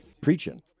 preaching